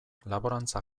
laborantza